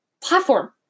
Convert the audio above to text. platform